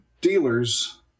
dealers